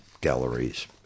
galleries